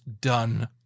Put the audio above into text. done